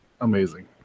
amazing